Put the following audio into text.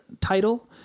title